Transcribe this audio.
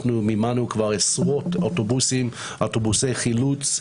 מימנו כבר עשרות אוטובוסים לחילוץ,